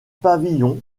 pavillon